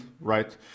right